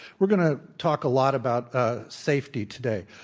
we're going to talk a lot about ah safety today.